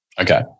Okay